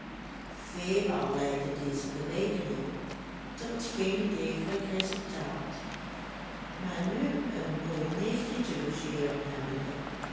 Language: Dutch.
veelal leidden deze berekeningen tot geen degelijk resultaat maar nu een mooi nichtje te logeeren hebbende